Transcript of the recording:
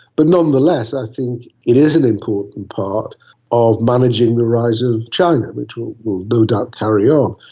but nonetheless i think it is an important part of managing the rise of china which will will no doubt carry um